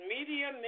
Media